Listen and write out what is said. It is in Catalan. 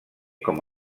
com